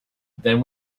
then